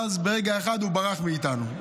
ואז ברגע אחד הוא ברח מאיתנו.